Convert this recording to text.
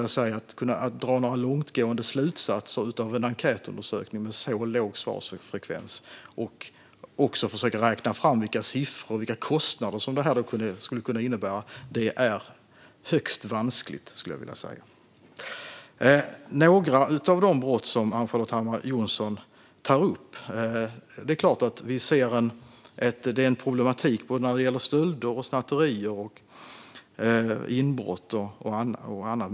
Att dra några långtgående slutsatser av en enkätundersökning med så låg svarsfrekvens och försöka räkna fram siffror för vilka kostnader brottsligheten skulle kunna innebära är högst vanskligt, skulle jag vilja säga. När det gäller några av de brott som Ann-Charlotte Hammar Johnsson tar upp finns en problematik. Det gäller stölder, snatterier, inbrott och annat.